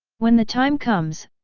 when the time comes,